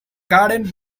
garden